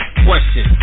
Question